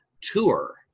Tour